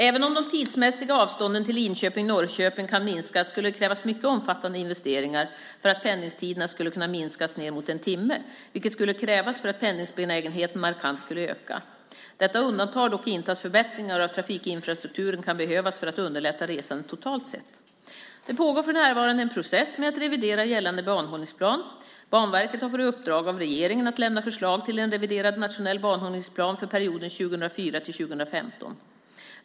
Även om de tidsmässiga avstånden till Linköping-Norrköping kan minskas skulle det krävas mycket omfattande investeringar för att pendlingstiderna skulle kunna minskas ned mot en timme, vilket skulle krävas för att pendlingsbenägenheten markant skulle öka. Detta undantar dock inte att förbättringar av trafikinfrastrukturen kan behövas för att underlätta resandet totalt sett. Det pågår för närvarande en process med att revidera gällande banhållningsplan. Banverket har fått i uppdrag av regeringen att lämna förslag till en reviderad nationell banhållningsplan för perioden 2004-2015.